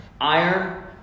Iron